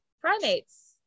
primates